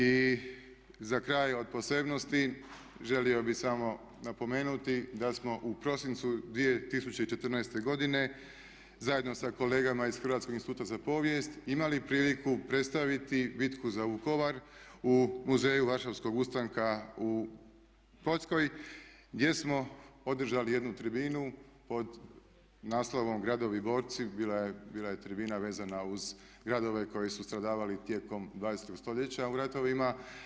I za kraj od posebnosti želio bih samo napomenuti da smo u prosincu 2014. godine zajedno sa kolegama iz hrvatskog Instituta za povijest imali priliku predstaviti bitku za Vukovar u Muzeju Varšavskog ustanka u Poljskoj gdje smo održali jednu tribinu pod naslovom "Gradovi borci", bila je tribina vezana uz gradove koji su stradavali tijekom 20 stoljeća u ratovima.